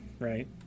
Right